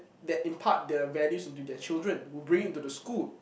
that imparts the values into their children who bring it to the school